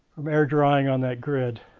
from air drying on that grid.